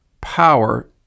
power